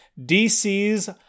DC's